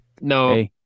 No